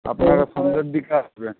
আপনারা সন্ধ্যের দিকে আসবেন